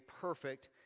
perfect